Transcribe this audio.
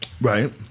Right